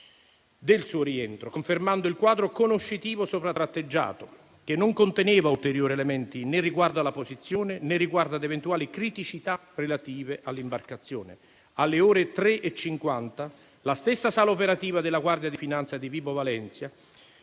del suo rientro, confermando il quadro conoscitivo sopra tratteggiato, che non conteneva ulteriori elementi né riguardo alla posizione né riguardo ad eventuali criticità relative all'imbarcazione. Alle ore 3,50 la stessa sala operativa della Guardia di finanza di Vibo Valentia,